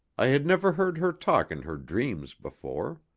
i had never heard her talk in her dreams before.